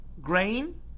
grain